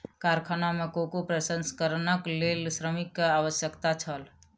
कारखाना में कोको प्रसंस्करणक लेल श्रमिक के आवश्यकता छल